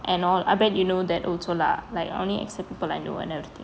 and all I bet you know that also lah like only accept people I know and everything